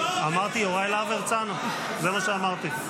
אמרתי יוראי להב הרצנו, זה מה שאמרתי.